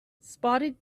spotted